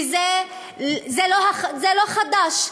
וזה לא חדש.